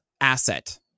asset